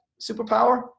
superpower